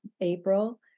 April